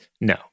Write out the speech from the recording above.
No